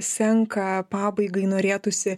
senka pabaigai norėtųsi